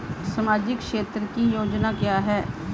सामाजिक क्षेत्र की योजना क्या है?